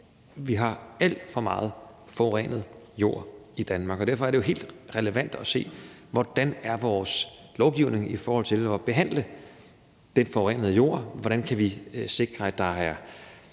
Vi har alt for meget forurenet jord i Danmark, og derfor er det jo helt relevant at se på: Hvordan er vores lovgivning i forhold til at behandle den forurenede jord? Hvordan kan vi sikre, at den